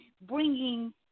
bringing